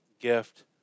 gift